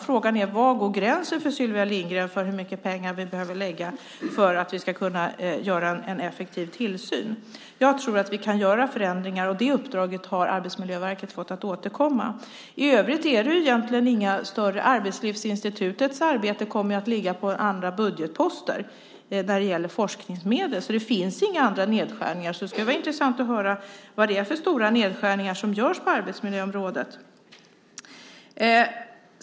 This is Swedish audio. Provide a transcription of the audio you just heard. Frågan är var gränsen går enligt Sylvia Lindgren för hur mycket pengar vi behöver lägga för att kunna få en effektiv tillsyn. Jag tror att vi kan göra förändringar, och Arbetsmiljöverket har fått i uppdrag att återkomma med förslag. I övrigt är det inga större nedskärningar. Arbetslivsinstitutets arbete kommer att ligga på andra budgetposter när det gäller forskningsmedel, så det finns inga andra nedskärningar. Därför skulle det vara intressant att höra vad det är för stora nedskärningar som görs på arbetsmiljöområdet.